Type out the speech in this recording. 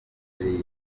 senderi